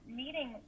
meeting